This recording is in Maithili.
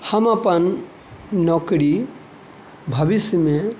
हम अपन नौकरी भविष्य मे